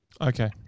Okay